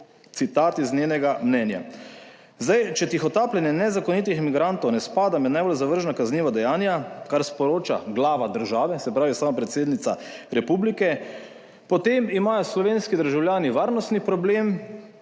citat iz njenega mnenja. Zdaj, če tihotapljenje nezakonitih migrantov ne spada med najbolj zavržna kazniva dejanja, kar sporoča glava države, se pravi sama predsednica republike, potem imajo slovenski državljani varnostni problem,